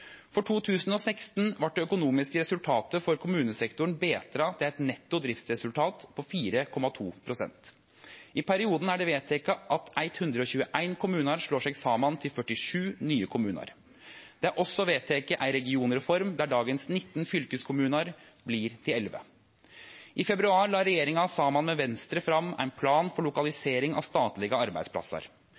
For 2016 vart det økonomiske resultatet for kommunesektoren betra til eit netto driftsresultat på 4,2 pst. I perioden er det vedteke at 121 kommunar slår seg saman til 47 nye kommunar. Det er også vedteke ei regionreform der dagens 19 fylkeskommunar vert til 11. I februar la regjeringa saman med Venstre fram ein plan for lokalisering av statlege arbeidsplassar.